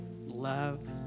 love